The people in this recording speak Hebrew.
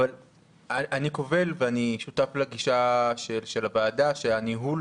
אני קובל ואני שותף לגישה של הוועדה שהניהול